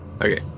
Okay